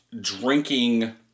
drinking